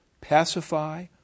pacify